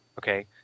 okay